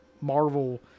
marvel